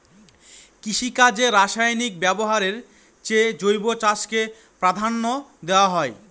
কৃষিকাজে রাসায়নিক ব্যবহারের চেয়ে জৈব চাষকে প্রাধান্য দেওয়া হয়